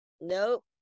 nope